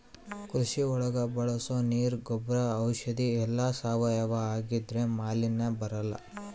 ಕೃಷಿ ಒಳಗ ಬಳಸೋ ನೀರ್ ಗೊಬ್ರ ಔಷಧಿ ಎಲ್ಲ ಸಾವಯವ ಆಗಿದ್ರೆ ಮಾಲಿನ್ಯ ಬರಲ್ಲ